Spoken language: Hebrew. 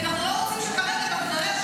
לכן שתי השורות הללו שנוספו בחוק הרבנים